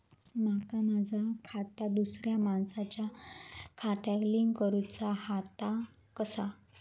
माका माझा खाता दुसऱ्या मानसाच्या खात्याक लिंक करूचा हा ता कसा?